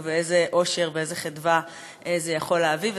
ואיזה אושר ואיזו חדווה זה יכול להביא,